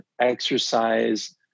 exercise